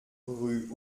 rue